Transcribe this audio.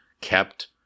kept